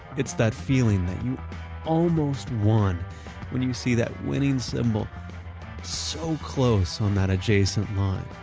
it's that feeling that you almost won when you see that winning symbol so close on that adjacent line,